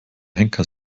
henker